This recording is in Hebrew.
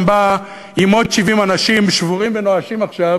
גם באה עם עוד 70 אנשים שבורים ונואשים עכשיו